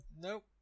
Nope